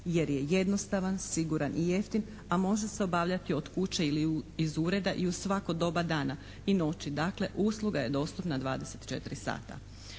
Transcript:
jer je jednostavan, siguran i jeftin, a može se obavljati od kuće ili iz ureda i u svako doba dana i noći. Dakle, usluga je dostupna 24 sata.